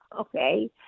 Okay